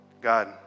God